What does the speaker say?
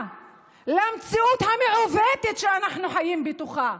על המציאות המעוותת שאנחנו חיים בתוכה.